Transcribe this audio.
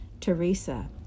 Teresa